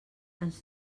ens